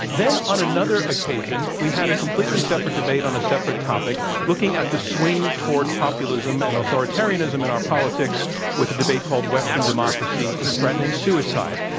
then, on another occasion, we had a completely separate debate on a separate topic looking at the swing toward populism and authoritarianism in our politics with a debate called western democracy is threatening suicide.